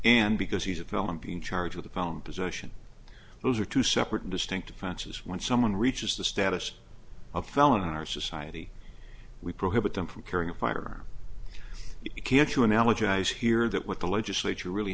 and because he's a felon being charged with a found possession those are two separate and distinct offenses when someone reaches the status of felon in our society we prohibit them from carrying a firearm can't you analogize here that what the legislature really